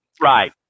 Right